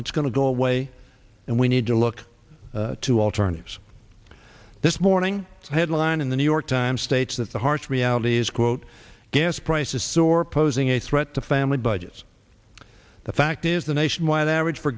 it's going to go away and we need to look to alternatives this morning headline in the new york times states that the harsh reality is quote gas prices soar posing a threat to family budgets the fact is the nationwide average